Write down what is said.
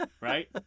Right